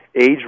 age